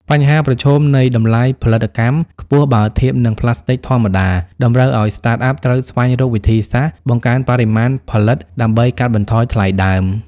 បញ្ហាប្រឈមនៃតម្លៃផលិតកម្មខ្ពស់បើធៀបនឹងប្លាស្ទិកធម្មតា តម្រូវឱ្យ Startup ត្រូវស្វែងរកវិធីសាស្ត្របង្កើនបរិមាណផលិត ដើម្បីកាត់បន្ថយថ្លៃដើម។